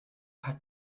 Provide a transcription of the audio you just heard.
had